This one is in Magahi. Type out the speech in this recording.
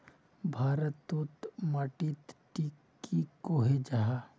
भारत तोत माटित टिक की कोहो जाहा?